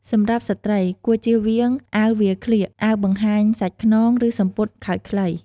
សម្រាប់ស្ត្រី គួរជៀសវាងអាវវាលក្លៀក អាវបង្ហាញសាច់ខ្នង ឬសំពត់ខើចខ្លី។